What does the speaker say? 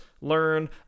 learn